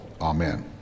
Amen